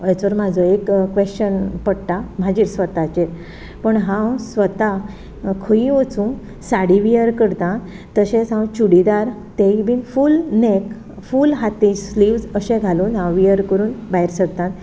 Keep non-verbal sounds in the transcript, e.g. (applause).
(unintelligible) म्हाजो एक क्वेश्चन पडटा म्हजेर स्वताचेर पण हांव स्वता खंयूय वचूं साडी विएर करतां तशेंच हांव चुडीदार तेंय बीन फूल नॅक फूल हातीर स्लीव्स अशे घालून हांव विएर करून भायर सरतां